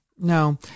No